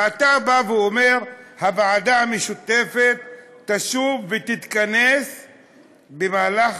ואתה בא ואומר: הוועדה המשותפת תשוב ותתכנס במהלך